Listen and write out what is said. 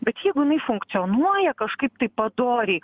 bet jeigu jinai funkcionuoja kažkaip tai padoriai